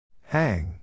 Hang